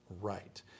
Right